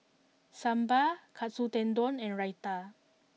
Sambar Katsu Tendon and Raita